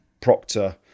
Proctor